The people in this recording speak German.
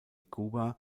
cuba